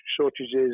shortages